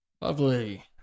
Lovely